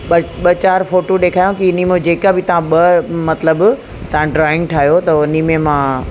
ॿ ॿ चार फ़ोटूं ॾेखारियाऊं की इन्ही मां जेका बि तव्हां ॿ मतिलबु तव्हां ड्रॉइंग ठाहियो त उन्ही में मां